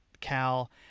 Cal